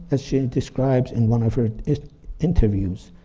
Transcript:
as she describes in one of her interviews,